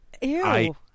Ew